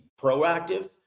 proactive